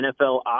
NFL